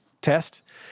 test